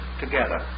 together